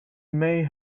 may